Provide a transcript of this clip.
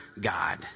God